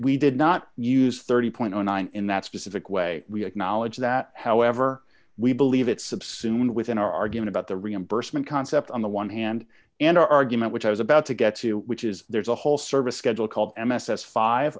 we did not use thirty nine in that specific way we acknowledge that however we believe it's subsumed within our arguing about the reimbursement concept on the one hand and our argument which i was about to get to which is there's a whole service schedule called m s s five